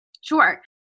Sure